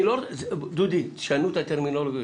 דודי, שנו את הטרמינולוגיה.